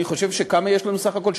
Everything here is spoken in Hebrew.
אני חושב, כמה יש לנו סך הכול?